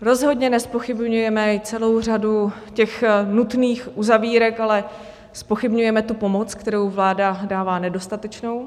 Rozhodně nezpochybňujeme i celou řadu těch nutných uzavírek, ale zpochybňujeme pomoc, kterou vláda dává nedostatečnou.